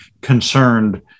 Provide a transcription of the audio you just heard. concerned